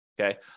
okay